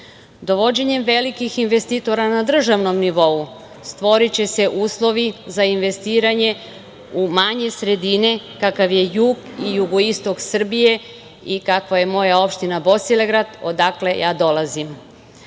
uslovima. Dovođenjem velikih investitora na državnom nivou stvoriće se uslovi za investiranje u manje sredine kakvi su jug i jugoistok Srbije i kakva je moja opština Bosilegrad, odakle ja dolazim.Zašto